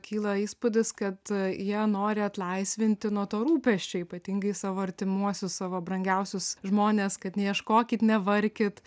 kyla įspūdis kad jie nori atlaisvinti nuo to rūpesčio ypatingai savo artimuosius savo brangiausius žmones kad neieškokit nevarkit